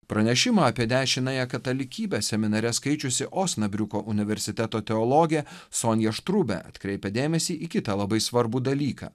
pranešimą apie dešiniąją katalikybę seminare skaičiusi osnabriuko universiteto teologė sonja štrubė atkreipė dėmesį į kitą labai svarbų dalyką